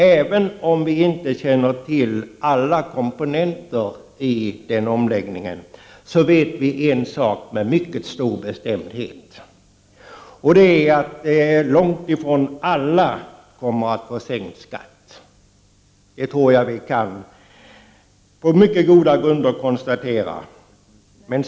Även om vi inte känner till alla komponenter i den skatteomläggningen, vet vi en sak med mycket stor bestämdhet, nämligen att långt ifrån alla kommer att få sänkt skatt.